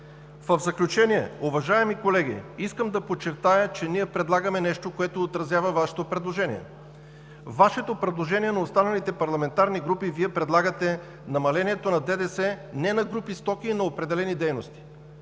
В заключение, уважаеми колеги, искам да подчертая, че ние предлагаме нещо, което отразява Вашето предложение. В предложенията на останалите парламентарни групи предлагате намалението на ДДС не на групи стоки, а на определени дейности.